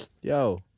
yo